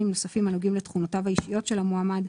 נוספים הנוגעים לתכונותיו האישיות של המועמד,